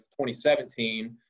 2017